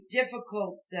difficult